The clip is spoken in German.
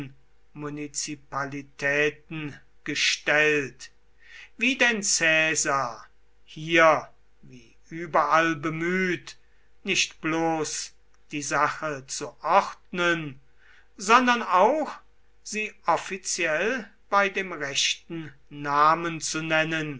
wie denn caesar hier wie überall bemüht nicht bloß die sache zu ordnen sondern auch sie offiziell bei dem rechten namen zu nennen